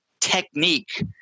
technique